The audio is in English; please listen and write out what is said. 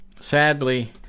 sadly